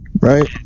Right